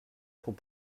pour